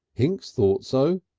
hinks thought so.